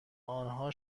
آنها